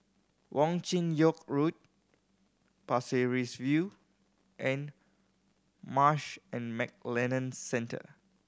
Wong Chin Yoke Road Pasir Ris View and Marsh and McLennan Centre